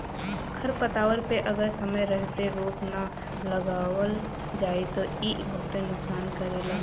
खरपतवार पे अगर समय रहते रोक ना लगावल जाई त इ बहुते नुकसान करेलन